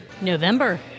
November